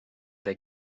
they